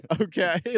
okay